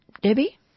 Debbie